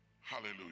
hallelujah